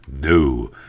no